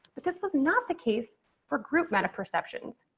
but this was not the case for group meta perceptions.